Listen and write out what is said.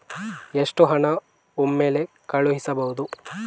ಎಷ್ಟು ಹಣ ಒಮ್ಮೆಲೇ ಕಳುಹಿಸಬಹುದು?